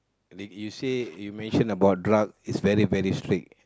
you say you mention about drugs is very very strict